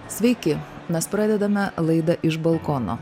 sveiki mes pradedame laidą iš balkono